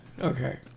Okay